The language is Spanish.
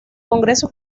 congreso